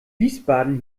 wiesbaden